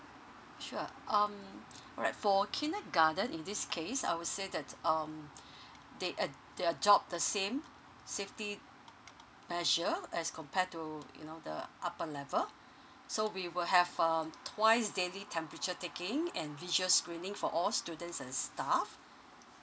sure um alright for kindergarten in this case I would say that um they uh their job the same safety measure as compare to you know the upper level so we will have um twice daily temperature taking and visual screaming for all students and stuff